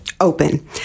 open